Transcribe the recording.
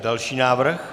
Další návrh.